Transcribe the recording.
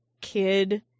kid